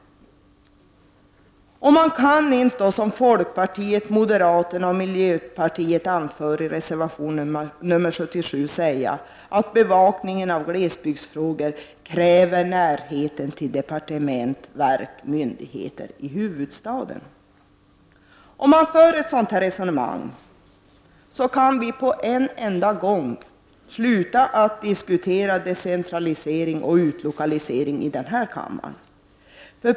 Man kan inte, vilket folkpartiet, moderata samlingspartiet och miljöpartiet anför i reservation nr 77, säga att bevakningen av glesbygdsfrågor kräver en närhet till departement, verk och myndigheter i huvudstaden. Om man för ett sådant resonemang, kan vi på en enda gång sluta att diskutera decentralisering och utlokalisering i denna kammare.